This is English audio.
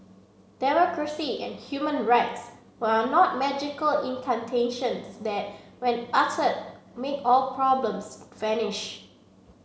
democracy and human rights are not magical incantations that when utter make all problems vanish